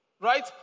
Right